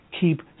keep